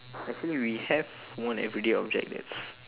actually we have one everyday object that is